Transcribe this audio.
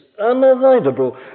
unavoidable